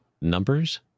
numbers